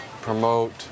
promote